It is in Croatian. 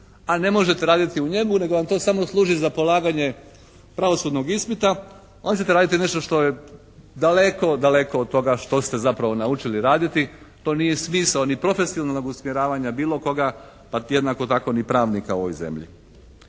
a ne možete raditi u njemu, nego vam to samo služi za polaganje pravosudnog ispita onda ćete raditi nešto što je daleko, daleko od toga što ste zapravo naučili raditi. To nije smisao ni profesionalnog usmjeravanja bilo koga, pa jednako tako ni pravnika u ovoj zemlji.